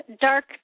dark